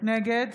נגד